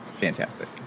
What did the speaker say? fantastic